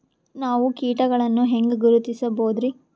ನಾವು ಕೀಟಗಳನ್ನು ಹೆಂಗ ಗುರುತಿಸಬೋದರಿ?